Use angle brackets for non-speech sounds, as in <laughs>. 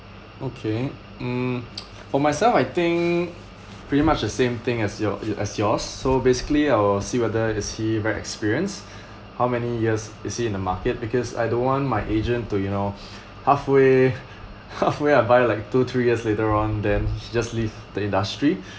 okay mm <noise> for myself I think pretty much the same thing as your y~ as yours so basically I'll see whether is he very experienced how many years is he in the market because I don't want my agent to you know halfway halfway <laughs> I buy like two three years later on then just leave the industry